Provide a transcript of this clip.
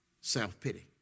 Self-pity